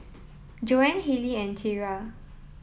Joann Hayley and Tyra